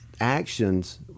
Actions